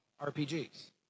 RPGs